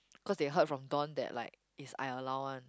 cause they heard from Don that like is I allowed one